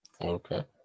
Okay